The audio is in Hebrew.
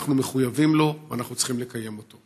אנחנו מחויבים לו, ואנחנו וצריכים לקיים אותו.